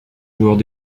joueurs